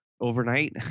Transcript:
overnight